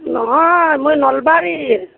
নহয় মই নলবাৰীৰ